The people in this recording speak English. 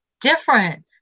different